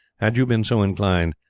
had you been so inclined,